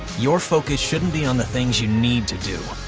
your focus shouldn't be on the things you need to do,